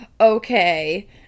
okay